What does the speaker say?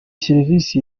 serivisi